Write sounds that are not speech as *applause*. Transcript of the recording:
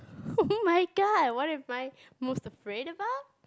*laughs* oh-my-god what am I most afraid about